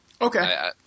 Okay